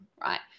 right